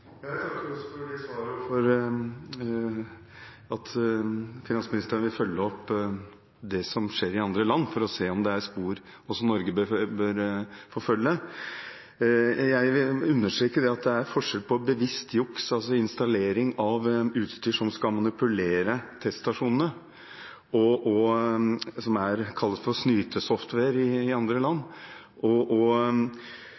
svaret og for at finansministeren vil følge opp det som skjer i andre land, for å se om det er spor også Norge bør forfølge. Jeg vil understreke at det er forskjell når det gjelder bevisst juks, altså installering av utstyr som skal manipulere teststasjonene – som kalles «snyte-software» i andre land